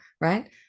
right